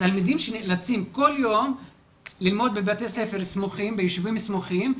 תלמידים שנאלצים כל יום ללמוד בבתי הספר ביישובים סמוכים,